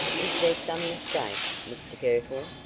is there some mistake, mr girtle?